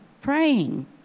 praying